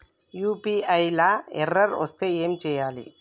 UPI లా error వస్తే ఏం చేయాలి?